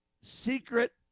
secret